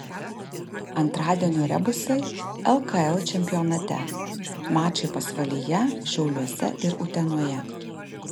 antradienio rebusai lkl čempionate mačai pasvalyje šiauliuose ir utenoje